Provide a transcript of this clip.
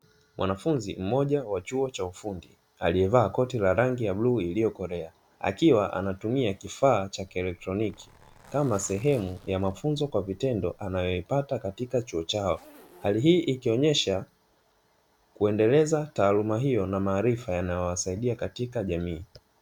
Mwanafunzi mmoja wa chuo cha ufundi, aliyevaa koti la rangi ya bluu iliyokolea, akiwa anatumia kifaa cha kielektroniki kama sehemu ya mafumzo kwa vitendo; anayoyapata katika chuo chao, hali hii ikionyesha kuendeleza taaluma hiyo na maarifa yanayowasaidia katika jamii.